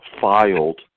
filed